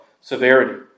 Severity